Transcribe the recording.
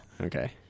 Okay